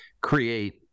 create